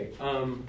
Okay